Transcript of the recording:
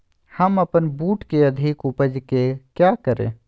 हम अपन बूट की अधिक उपज के क्या करे?